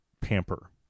pamper